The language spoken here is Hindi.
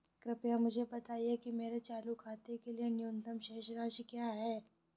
कृपया मुझे बताएं कि मेरे चालू खाते के लिए न्यूनतम शेष राशि क्या है?